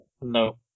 No